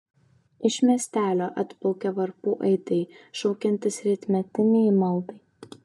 iš miestelio atplaukia varpų aidai šaukiantys rytmetinei maldai